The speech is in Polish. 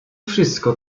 wszystko